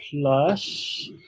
plus